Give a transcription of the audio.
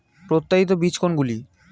প্রত্যায়িত বীজ কোনগুলি?